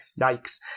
Yikes